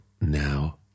now